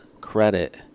credit